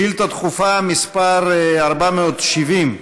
שאילתה דחופה מס' 470,